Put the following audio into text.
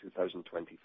2024